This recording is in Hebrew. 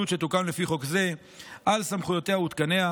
שתוקם לפי חוק זה על סמכויותיה ותקניה,